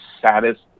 saddest